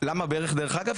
למה ברך דרך אגב?